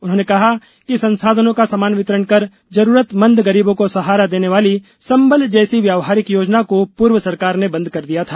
उन्होंने कहा कि संसाधनों का समान वितरण कर जरूरतमंद गरीबों को सहारा देने वाली संबल जैसी व्यावहारिक योजना को पूर्व सरकार ने बंद कर दिया था